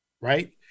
right